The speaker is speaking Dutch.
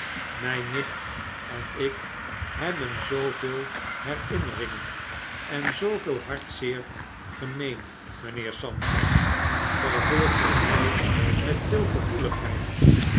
mp nicht en ik hebben zooveel herinneringn en zooveel hartzeer gemeen mijnheer samjpson vervolgde hij met veel gevoeligheid